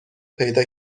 پیدا